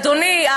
ואדוני,